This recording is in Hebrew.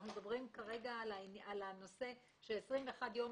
אנחנו מדברים כרגע על הנושא ש-21 ימים